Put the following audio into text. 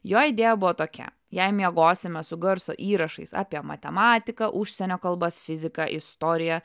jo idėja buvo tokia jei miegosime su garso įrašais apie matematiką užsienio kalbas fiziką istoriją